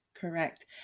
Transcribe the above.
Correct